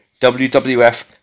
WWF